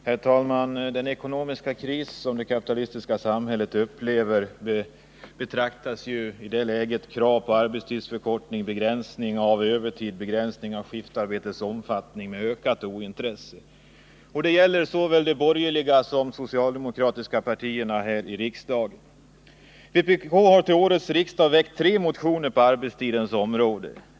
Herr talman! I den ekonomiska kris det kapitalistiska samhället upplever betraktas krav på arbetstidsförkortning, begränsning av övertid och begränsning av skiftarbetets omfattning med ökat ointresse. Detta gäller såväl de borgerliga partierna som socialdemokraterna här i riksdagen. Vpk har till årets riksmöte väckt tre motioner på arbetstidens område.